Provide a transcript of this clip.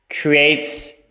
creates